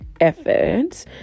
efforts